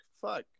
fuck